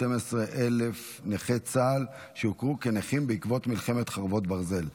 12,000 נכי צה"ל שיוכרו כנכים בעקבות מלחמת חרבות ברזל.